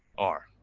are.